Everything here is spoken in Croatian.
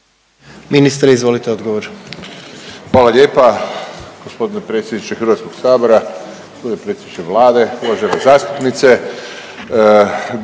Ministre, izvolite odgovor.